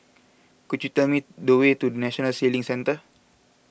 could you tell me the way to National Sailing Centre